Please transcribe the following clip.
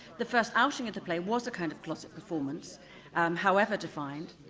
the first outing of the play was a kind of closeted performance however defined.